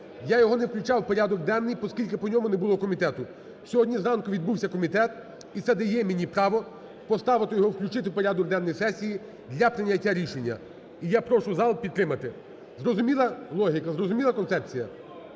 Я його не включав в порядок денний, поскільки по ньому не було комітету. Сьогодні зранку відбувся комітет, і це дає мені право поставити його, включити в порядок денний сесії для прийняття рішення. І я прошу зал підтримати. Зрозуміла логіка, зрозуміла концепція?